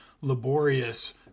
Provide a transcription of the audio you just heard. laborious